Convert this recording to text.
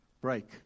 break